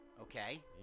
okay